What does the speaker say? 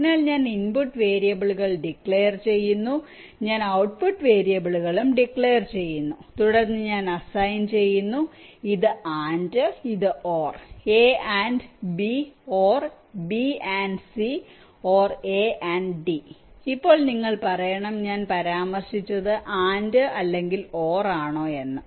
അതിനാൽ ഞാൻ ഇൻപുട്ട് വേരിയബിളുകൾ ഡിക്ലയർ ചെയ്യുന്നു ഞാൻ ഔട്ട്പുട്ട് വേരിയബിളുകളും ഡിക്ലയർ ചെയ്യുന്നു തുടർന്ന് ഞാൻ അസൈൻ ചെയ്യുന്നു ഇത് AND ഇത് ORa AND b OR b AND c OR c AND d ഇപ്പോൾ നിങ്ങൾ പറയണം ഞാൻ പരാമർശിച്ചത് AND അല്ലെങ്കിൽ OR ആണോ എന്ന്